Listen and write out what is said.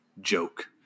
joke